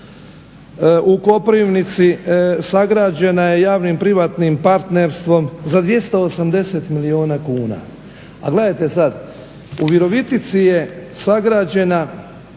u Koprivnici sagrađena je javno-privatnim partnerstvom za 280 milijuna kuna. A gledajte sad, u Virovitici je sagrađena